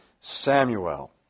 Samuel